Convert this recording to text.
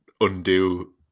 undo